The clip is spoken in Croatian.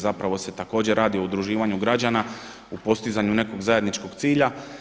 Zapravo se također radi o udruživanju građana u postizanju nekog zajedničkog cilja.